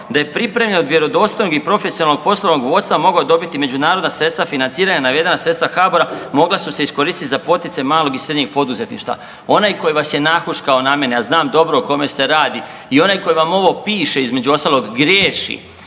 da je pripremljen od profesionalnog poslovnog vodstva mogao dobiti međunarodna sredstva financiranja, navedena sredstva HABOR-a mogla su se iskoristiti za poticaj malog i srednjeg poduzetništva. Onaj koji vas je nahušako na mene, a znam dobro o kome se radi i onaj koji vam ovo piše između ostalog, griješi,